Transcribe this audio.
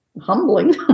humbling